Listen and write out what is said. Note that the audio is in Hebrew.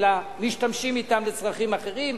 אלא משתמשים בהן לצרכים אחרים.